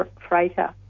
freighter